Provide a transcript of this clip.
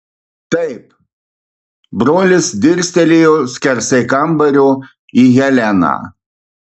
taip brolis dirstelėjo skersai kambario į heleną